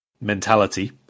mentality